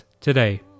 today